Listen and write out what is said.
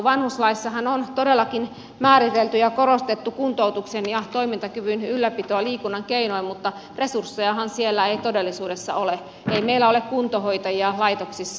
vanhuslaissahan on todellakin määritelty ja korostettu kuntoutuksen ja toimintakyvyn ylläpitoa liikunnan keinoin mutta resurssejahan siellä ei todellisuudessa ole ei meillä ole kuntohoitajia laitoksissa